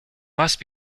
must